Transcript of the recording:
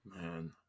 Man